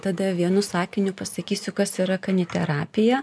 tada vienu sakiniu pasakysiu kas yra kaniterapija